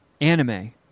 anime